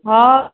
हँ